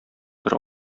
бер